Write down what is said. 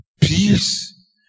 peace